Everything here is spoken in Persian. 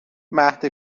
مهد